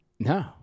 no